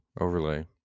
overlay